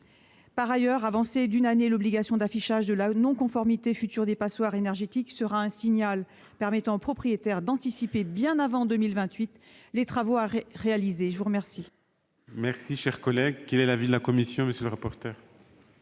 Par ailleurs, avancer d'une année l'obligation d'affichage de la non-conformité future des passoires énergétiques sera un signal permettant aux propriétaires d'anticiper bien avant 2028 les travaux à réaliser. Quel